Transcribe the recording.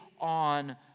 on